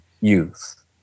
youth